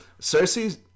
Cersei